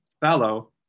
Fallow